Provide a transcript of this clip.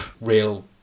real